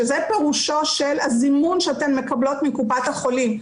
שזה פירושו של הזימון שאתן מקבלות מקופת החולים,